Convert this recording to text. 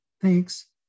thanks